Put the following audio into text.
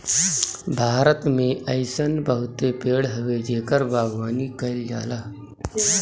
भारत में अइसन बहुते पेड़ हवे जेकर बागवानी कईल जाला